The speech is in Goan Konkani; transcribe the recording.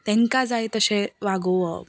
तांकां जाय तशें वागोवप